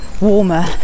warmer